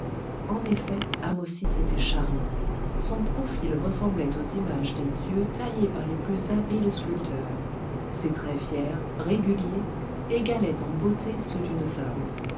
en effet ahmosis était charmant son profil ressemblait aux images des dieux taillées par les plus habiles sculpteurs ses traits fiers réguliers égalaient en beauté ceux d'une femme